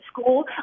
school